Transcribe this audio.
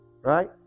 Right